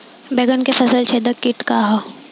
बैंगन में फल छेदक किट का ह?